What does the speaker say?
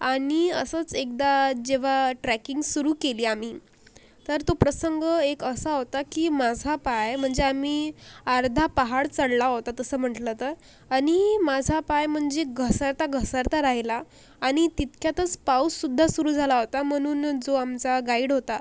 आणि असंच एकदा जेव्हा ट्रॅकिंग सुरू केली आम्ही तर तो प्रसंग एक असा होता की माझा पाय म्हणजे आम्ही अर्धा पहाड चढला होता तसं म्हटलं तर आणि माझा पाय म्हणजे घसरता घसरता राहिला आणि तितक्यातच पाऊस सुद्धा सुरू झाला होता म्हणून जो आमचा गाईड होता